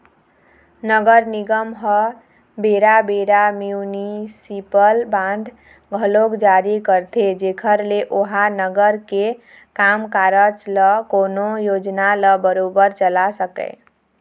नगर निगम ह बेरा बेरा म्युनिसिपल बांड घलोक जारी करथे जेखर ले ओहा नगर के काम कारज ल कोनो योजना ल बरोबर चला सकय